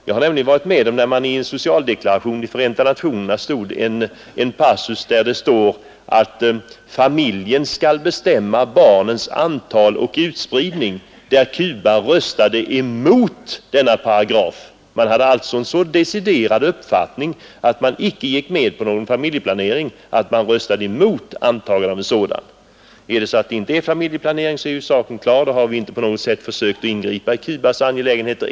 Jag har nämligen varit med om att när man i en socialdeklaration i Förenta nationerna ville införa en passus om att ”familjen skall bestämma barnens antal och utspridning”, så röstade Cuba emot denna paragraf. Cuba hade alltså en så deciderad uppfattning att inte gå med på någon familjeplanering att man röstade emot antagandet av en sådan paragraf. Om det i förslaget inte ingår någon familjeplanering så är saken klar, då har vi inte på något sätt försökt ingripa i Cubas angelägenheter.